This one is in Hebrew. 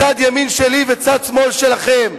מצד ימין שלי וצד שמאל שלכם.